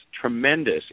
tremendous